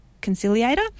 conciliator